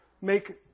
make